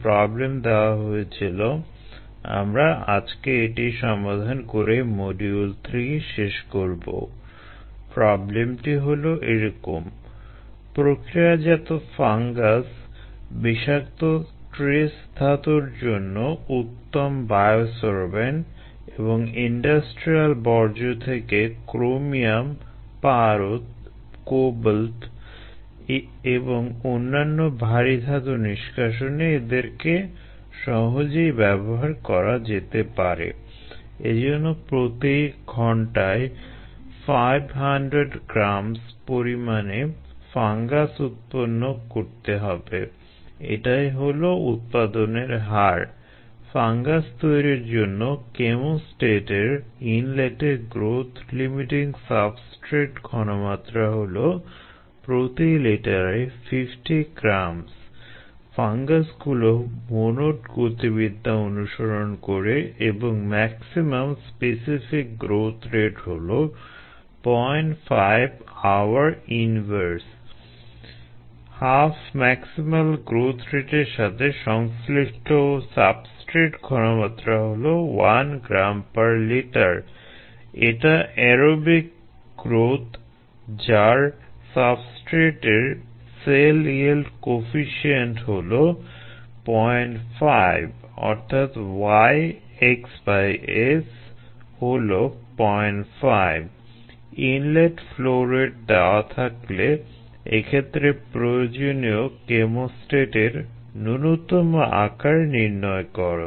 প্রক্রিয়াজাত ফাঙ্গাস হলো 05 অর্থাৎ Y xS হলো 05 ইনলেট ফ্লো রেট দেওয়া থাকলে এক্ষেত্রে প্রয়োজনীয় কেমোস্ট্যাটের ন্যূনতম আকার নির্ণয় করো